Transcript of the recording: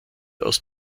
aus